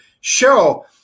show